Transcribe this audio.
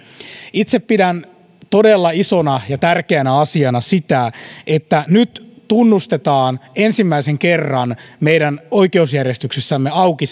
itse pidän todella isona ja tärkeänä asiana sitä että nyt tunnustetaan ensimmäisen kerran meidän oikeusjärjestyksessämme auki